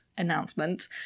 announcement